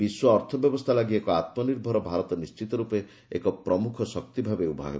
ବିଶ୍ୱ ଅର୍ଥ ବ୍ୟବସ୍ଥା ଲାଗି ଏକ ଆତ୍ମନିର୍ଭର ଭାରତ ନିଶ୍ଚିତ ରୂପେ ଏକ ପ୍ରମୁଖ ଶକ୍ତି ଭାବେ ଉଭା ହେବ